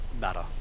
matter